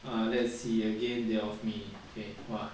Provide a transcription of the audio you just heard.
err let's see again they off me okay !wah!